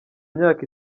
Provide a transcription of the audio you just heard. imyaka